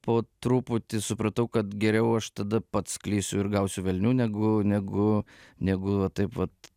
po truputį supratau kad geriau aš tada pats klysiu ir gausiu velnių negu negu negu va taip vat